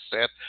set